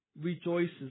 Rejoices